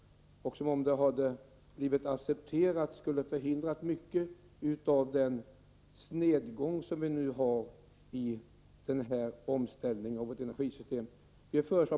Om förslaget hade blivit accepterat skulle mycket av den snedvridning som nu förekommer vid denna omställning av vårt energisystem ha förhindrats.